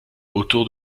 autour